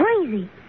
crazy